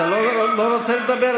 כרגע חבר הכנסת אזולאי בזכות דיבור.